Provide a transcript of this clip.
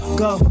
go